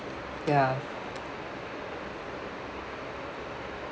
ya